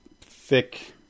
thick